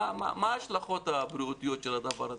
מה ההשלכות הבריאותיות של הדבר הזה?